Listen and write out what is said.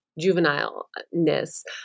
juvenile-ness